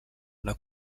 una